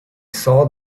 saw